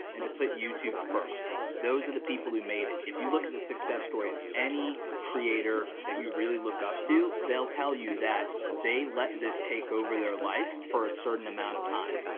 and to put youtube first. those are the people who made it. if you look at the success story of any creator that you really look up to, they'll tell you that they let this take over their life for a certain amount of time.